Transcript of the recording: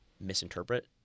misinterpret